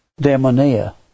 demonia